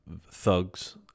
thugs